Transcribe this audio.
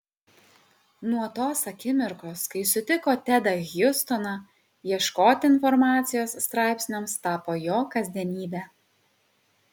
nuo tos akimirkos kai sutiko tedą hjustoną ieškoti informacijos straipsniams tapo jo kasdienybe